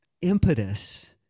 impetus